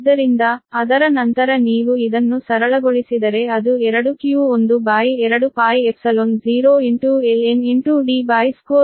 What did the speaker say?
ಆದ್ದರಿಂದ ಅದರ ನಂತರ ನೀವು ಇದನ್ನು ಸರಳಗೊಳಿಸಿದರೆ ಅದು D2q12π0ln Dr1r2